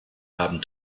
haben